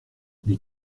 les